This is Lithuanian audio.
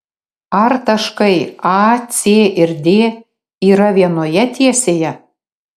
ar taškai a c ir d yra vienoje tiesėje